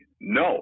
no